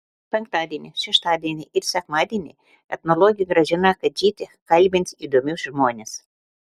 penktadienį šeštadienį ir sekmadienį etnologė gražina kadžytė kalbins įdomius žmones